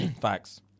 Facts